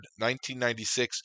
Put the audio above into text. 1996